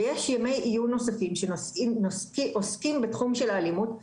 ויש ימי עיון נוספים שעוסקים בתחום של האלימות,